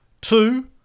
Two